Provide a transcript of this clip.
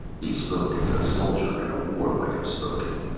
he spoke as a soldier in a war might have spoken.